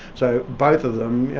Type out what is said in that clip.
so both of them,